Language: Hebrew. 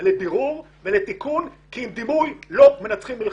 ויכולת ולבירור כי עם דימוי לא מנצחים מלחמה.